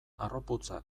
harroputza